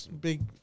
big